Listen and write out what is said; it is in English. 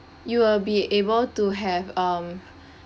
you will be able to have um